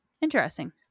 Interesting